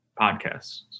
podcasts